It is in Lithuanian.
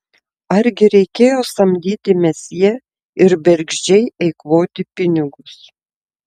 argi reikėjo samdyti mesjė ir bergždžiai eikvoti pinigus